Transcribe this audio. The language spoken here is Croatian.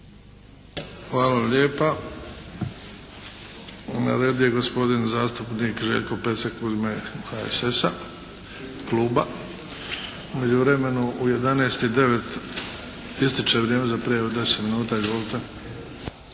Hvala lijepa. Na redu je gospodin zastupnik Željko Pecek u ime HSS-a, kluba. U međuvremenu u 11,09 ističe vrijeme za prijavu od 10 minuta.